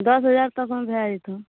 दस हजार तकमे भए जेतऽ